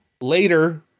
Later